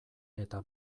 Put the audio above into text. eta